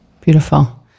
Beautiful